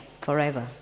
forever